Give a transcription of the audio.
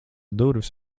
durvis